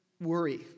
worry